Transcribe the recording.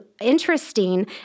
interesting